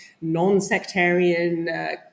non-sectarian